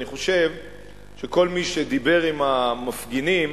אני חושב שכל מי שדיבר עם המפגינים,